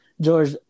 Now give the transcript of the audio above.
George